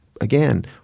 again